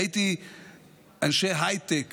ראיתי אנשי הייטק